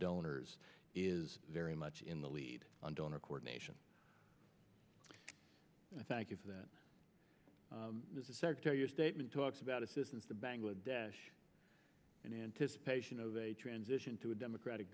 donors is very much in the lead on donor coordination i thank you for that sector your statement talks about assistance to bangladesh in anticipation of a transition to a democratic